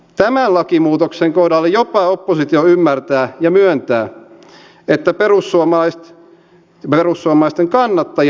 tämän lakimuutoksen kohdalla jopa oppositio ymmärtää ja myöntää että perussuomalaisten kannattaja saa mitä tilaa